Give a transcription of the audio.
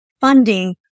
funding